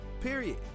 Period